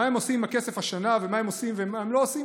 מה הם עושים עם הכסף השנה ומה הם לא עושים?